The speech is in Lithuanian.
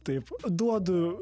taip duodu